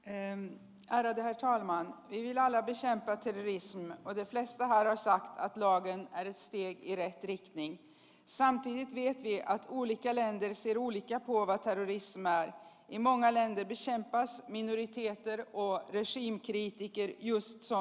en ajattele thaimaan jyvällä pysäyttää siis voi estää ajoissa joiden aistii kiirehtineet niin sanotun nyt miettiä kun ikä lähentelisi uunit ja huovat värisemään immo nälän kivisen päässä mineriittijätteen oakesinkivi ärade herr talman